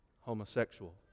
homosexual